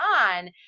on